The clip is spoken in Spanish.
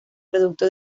producto